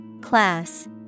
Class